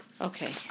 Okay